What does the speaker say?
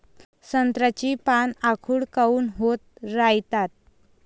संत्र्याची पान आखूड काऊन होत रायतात?